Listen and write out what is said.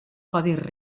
codis